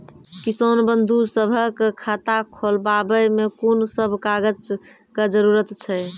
किसान बंधु सभहक खाता खोलाबै मे कून सभ कागजक जरूरत छै?